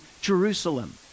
Jerusalem